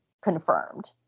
confirmed